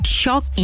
shock